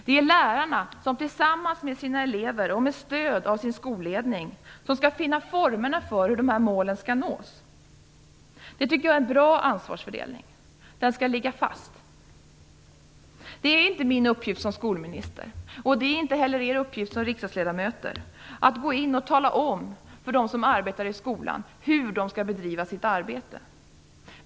Det är lärarna som tillsammans med sina elever och med stöd av sin skolledning skall finna formerna för hur dessa mål skall nås. Det tycker jag är en bra ansvarsfördelning. Den skall ligga fast. Det är inte min uppgift som skolminister och inte er uppgift som riksdagsledamöter att tala om för dem som arbetar i skolan hur de skall bedriva sitt arbete.